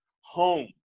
home